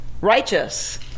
righteous